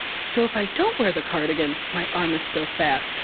so if i don't wear the cardigan, my arm is still fat.